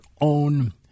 own